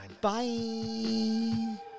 Bye